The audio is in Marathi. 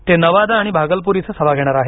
ते नवादा आणि भागलपूर इथं सभा घेणार आहेत